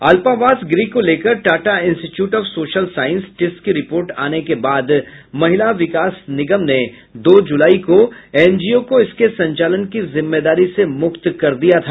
अल्पावास गृह को लेकर Tata institute of social science TISS की रिपोर्ट आने के बाद महिला विकास निगम ने दो जुलाई को एनजीओ को इसके संचालन की जिम्मेदारी से मुक्त कर दिया था